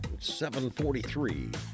743